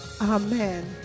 Amen